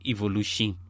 Evolution